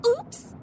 Oops